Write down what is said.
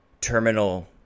terminal